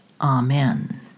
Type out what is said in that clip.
Amen